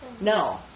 No